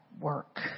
work